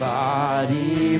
body